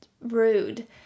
rude